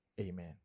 Amen